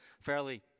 fairly